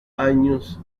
años